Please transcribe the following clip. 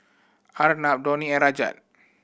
Arnab Dhoni and Rajat